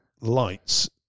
lights